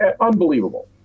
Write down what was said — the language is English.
unbelievable